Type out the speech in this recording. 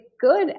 good